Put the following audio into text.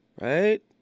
Right